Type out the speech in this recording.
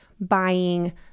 buying